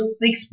six